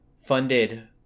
funded